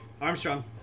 Armstrong